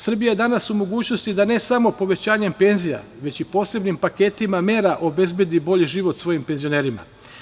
Srbija je danas u mogućnosti da ne samo povećanjem penzija, već i posebnim paketima mera obezbedi bolji život svojim penzionerima.